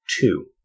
two